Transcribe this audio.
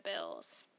bills